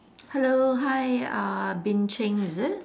hello hi uh Bin-Cheng is it